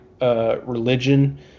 religion